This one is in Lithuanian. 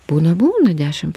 būna būna dešim